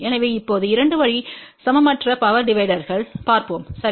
எனவே இப்போது 2 வழி சமமற்ற பவர் டிவைடர்னைப் பார்ப்போம் சரி